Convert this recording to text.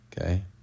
Okay